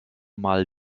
mal